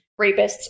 Rapists